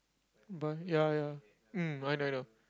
but ya ya mm I know I know